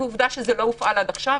אבל עובדה שזה לא הופעל עד עכשיו.